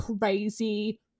crazy